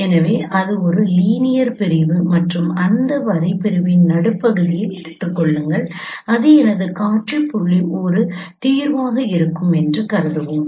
எனவே இது ஒரு லீனியர் பிரிவு மற்றும் அந்த வரி பிரிவின் நடுப்பகுதியை எடுத்துக் கொள்ளுங்கள் அது எனது காட்சி புள்ளி ஒரு தீர்வாக இருக்கும் என்று கருதுவோம்